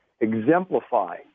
exemplify